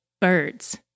birds